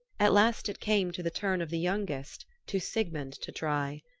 at last it came to the turn of the youngest, to sigmund, to try.